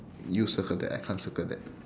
you circle that I can't circle that